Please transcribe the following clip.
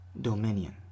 dominion